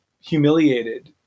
humiliated